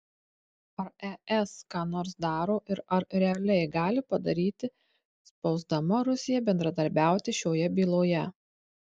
ar es ką nors daro ir ar realiai gali padaryti spausdama rusiją bendradarbiauti šioje byloje